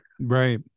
Right